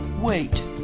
Wait